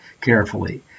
carefully